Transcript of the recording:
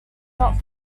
not